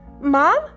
Mom